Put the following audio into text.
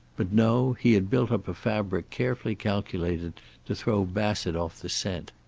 but no, he had built up a fabric carefully calculated to throw bassett off the scent.